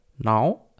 Now